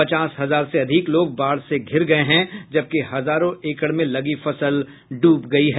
पचास हजार से अधिक लोग बाढ़ से धिर गये हैं जबकि हजारों एकड़ में लगी फसल ड्रब गयी है